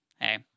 hey